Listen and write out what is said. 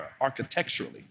architecturally